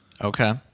Okay